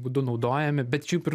būdu naudojami bet šiaip ir